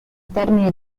termine